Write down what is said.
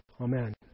Amen